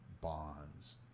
bonds